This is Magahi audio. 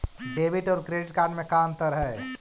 डेबिट और क्रेडिट कार्ड में का अंतर है?